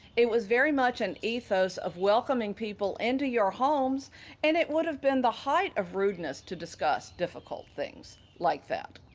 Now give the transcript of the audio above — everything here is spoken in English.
it was very much an ethos of welcoming people into your homes and it would've been the height of rudeness to discuss difficult things like that.